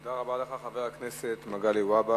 תודה לך, אדוני חבר הכנסת מגלי והבה.